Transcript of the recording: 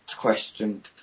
question